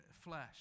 flesh